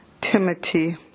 Timothy